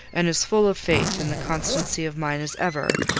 and as full of faith in the constancy of mine as ever,